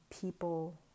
people